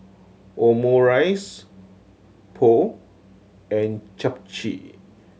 Omurice Pho and Japchae